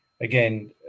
Again